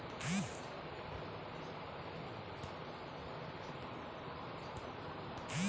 Bank ऋण कितने परकार के होथे ए?